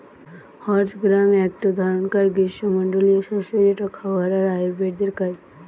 horse gram একটো ধরণকার গ্রীস্মমন্ডলীয় শস্য যেটা খাবার আর আয়ুর্বেদের কাজ